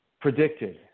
predicted